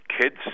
Kids